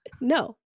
No